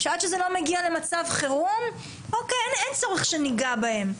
שעד שזה לא מגיע למצב חירום, אין צורך שניגע בהם.